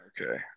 Okay